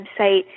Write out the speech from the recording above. website